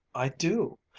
i do.